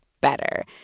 better